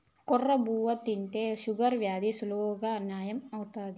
కొర్ర బువ్వ తింటే షుగర్ వ్యాధి సులువుగా నయం అవుతాది